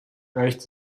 reicht